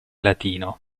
latino